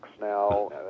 now